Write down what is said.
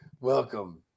Welcome